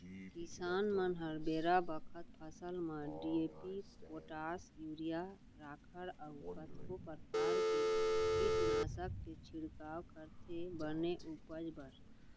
किसान मन ह बेरा बखत फसल म डी.ए.पी, पोटास, यूरिया, राखड़ अउ कतको परकार के कीटनासक के छिड़काव करथे बने उपज बर